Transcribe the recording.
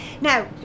Now